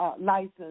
license